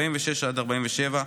47-46,